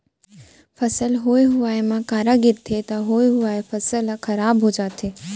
फसल होए हुवाए म करा गिरगे त होए हुवाए फसल ह खराब हो जाथे